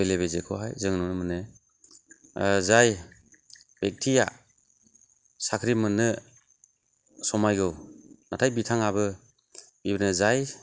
बेले बेजे खौहाय जों नुनो मोनो जाय बेखथिया साख्रि मोननो समायगौ नाथाय बिथाङाबो बिदिनो जाय